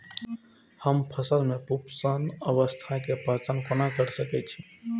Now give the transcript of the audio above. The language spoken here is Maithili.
हम फसल में पुष्पन अवस्था के पहचान कोना कर सके छी?